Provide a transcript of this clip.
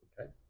Okay